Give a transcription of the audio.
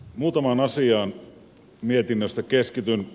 muutamaan asiaan mietinnöstä keskityn